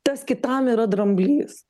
tas kitam yra dramblys